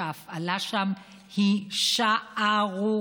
שההפעלה שם היא שערורייתית.